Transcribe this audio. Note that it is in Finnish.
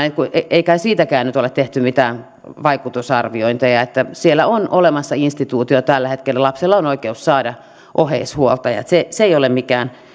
ja julistamaan täällä mitään äitiyslakeja ei kai siitäkään nyt ole tehty mitään vaikutusarviointeja siellä on olemassa instituutio tällä hetkellä lapsella on oikeus saada oheishuoltaja se se ei ole mikään